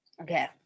Okay